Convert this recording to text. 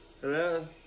Hello